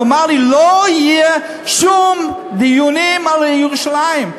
הוא אמר לי: לא יהיו שום דיונים על ירושלים.